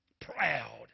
Proud